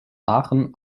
aachen